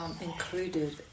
included